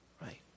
right